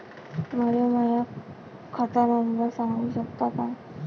मले माह्या खात नंबर सांगु सकता का?